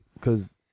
cause